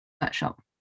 Workshop